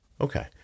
Okay